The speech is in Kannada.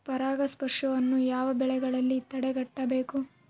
ಪರಾಗಸ್ಪರ್ಶವನ್ನು ಯಾವ ಬೆಳೆಗಳಲ್ಲಿ ತಡೆಗಟ್ಟಬೇಕು?